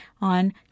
on